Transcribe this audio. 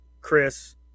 Chris